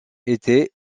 étaient